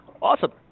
Awesome